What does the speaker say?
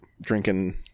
drinking